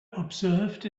observed